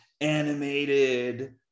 animated